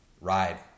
ride